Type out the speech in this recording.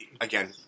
again